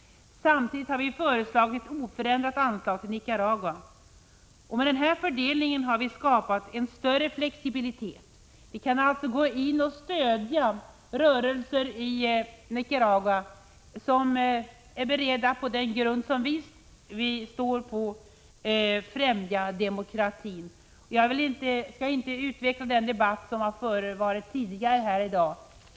Samtidigt har vi föreslagit oförminskat anslag till Nicaragua. Med denna fördelning har vi skapat större flexibilitet. Vi kan därmed stödja rörelser i Nicaragua som är beredda att främja demokratin på den grund som vi står på. Jag skall inte fortsätta den debatt som förts tidigare här i dag.